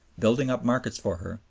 building up markets for her,